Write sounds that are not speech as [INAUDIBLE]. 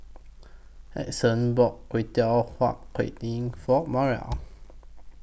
Edson bought [UNINTELLIGIBLE] Huat Kuih [UNINTELLIGIBLE] For Maria